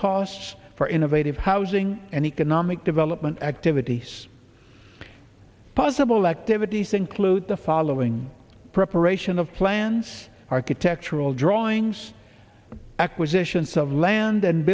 costs for innovative housing and economic development activities possible activities include the following preparation of plans architectural drawings acquisitions of land and